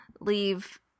leave